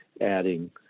adding